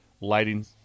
lighting